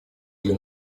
для